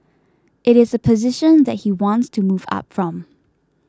it is a position that he wants to move up from